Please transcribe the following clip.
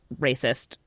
racist